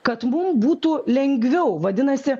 kad mum būtų lengviau vadinasi